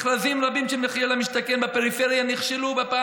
מכרזים רבים של מחיר למשתכן בפריפריה נכשלו בפעם